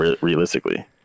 realistically